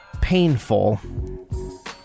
painful